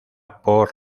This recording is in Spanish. por